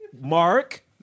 Mark